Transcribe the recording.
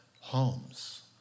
homes